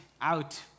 out